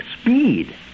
speed